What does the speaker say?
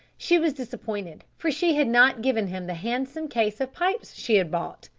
she was disappointed, for she had not given him the handsome case of pipes she had bought,